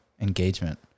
engagement